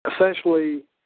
essentially